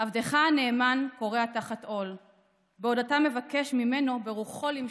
"עבדך הנאמן כורע תחת עול / בעוד אתה מבקש ממנו ברוחו למשול,